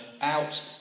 out